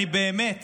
אני באמת